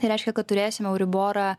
tai reiškia kad turėsime euriborą